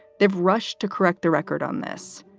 they've rushed to correct the record on this,